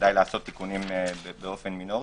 שכדאי לעשות תיקונים באופן מינורי.